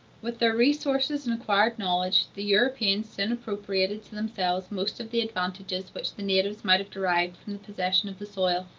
with their resources and acquired knowledge, the europeans soon appropriated to themselves most of the advantages which the natives might have derived from the possession of the soil